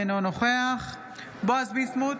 אינו נוכח בועז ביסמוט,